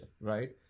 right